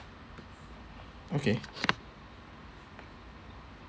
okay